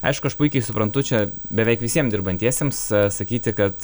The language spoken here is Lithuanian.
aišku aš puikiai suprantu čia beveik visiem dirbantiesiems sakyti kad